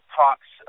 talks